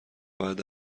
بعد